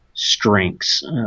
Strengths